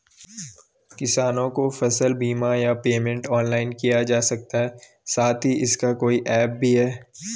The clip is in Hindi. किसानों को फसल बीमा या पेमेंट ऑनलाइन किया जा सकता है साथ ही इसका कोई ऐप भी है?